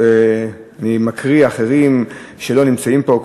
אני לא מקריא שמות אחרים שלא נמצאים פה,